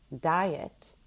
diet